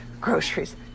groceries